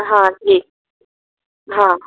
हां ठीक हां